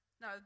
no